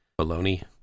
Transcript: Baloney